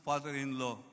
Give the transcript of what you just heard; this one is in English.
Father-in-law